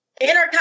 intercom